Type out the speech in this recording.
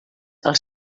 els